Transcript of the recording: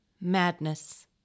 Madness